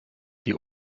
die